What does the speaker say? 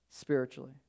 spiritually